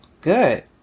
Good